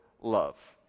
love